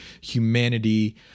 humanity